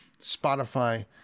Spotify